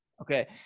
Okay